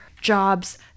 jobs